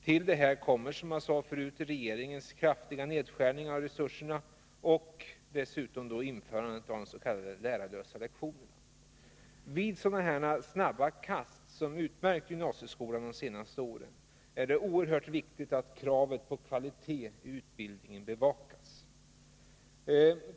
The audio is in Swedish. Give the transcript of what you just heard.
Till detta kommer, som jag tidigare sade, regeringens kraftiga nedskärningar av resurser och dessutom införandet av de s.k. lärarlösa lektionerna. Vid sådana snabba kast som utmärkt gymnasieskolan de senaste åren är det oerhört viktigt att kravet på kvalitet i utbildningen bevakas.